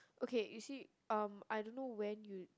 okay you see um I don't know when you